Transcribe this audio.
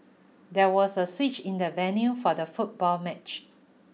there was a switch in the venue for the football match